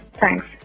Thanks